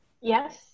Yes